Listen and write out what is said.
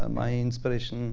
ah my inspiration